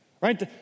Right